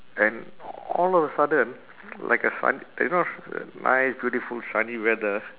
and all of a sudden like a sun you know nice beautiful sunny weather